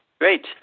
Great